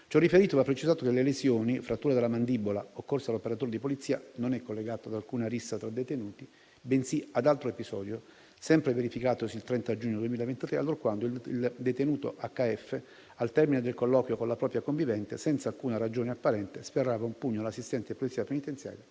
Ciò riferito, va precisato che le lesioni (frattura della mandibola) occorse all'operatore di polizia non sono collegate ad alcuna rissa tra detenuti, bensì ad altro episodio, verificatosi sempre il 30 giugno 2023, allorquando il detenuto H.F., al termine del colloquio con la propria convivente, senza alcuna ragione apparente, sferrava un pugno all'assistente di Polizia penitenziaria,